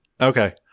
Okay